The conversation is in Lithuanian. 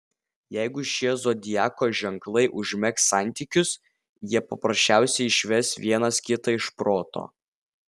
jeigu šie zodiako ženklai užmegs santykius jie paprasčiausiai išves vienas kitą iš proto